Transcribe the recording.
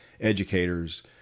educators